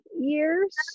years